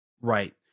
Right